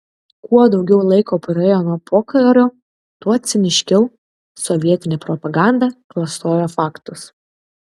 kuo daugiau laiko praėjo nuo pokario tuo ciniškiau sovietinė propaganda klastojo faktus